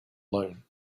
alone